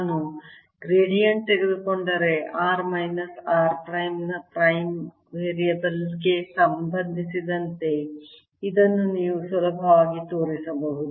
ನಾನು ಗ್ರೇಡಿಯಂಟ್ ತೆಗೆದುಕೊಂಡರೆ r minus r prime ನ ಪ್ರೈಮ್ ವೇರಿಯೇಬಲ್ ಗೆ ಸಂಬಂಧಿಸಿದಂತೆ ಇದನ್ನು ನೀವು ಸುಲಭವಾಗಿ ತೋರಿಸಬಹುದು